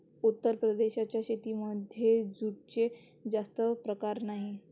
उत्तर प्रदेशाच्या शेतीमध्ये जूटचे जास्त प्रकार नाही